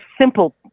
simple